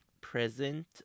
present